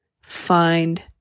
find